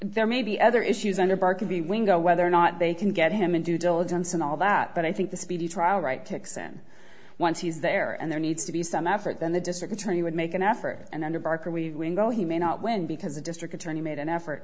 there may be other issues under barkby window whether or not they can get him in due diligence and all that but i think the speedy trial right ticks in once he's there and there needs to be some effort then the district attorney would make an effort and under barker we go he may not win because the district attorney made an effort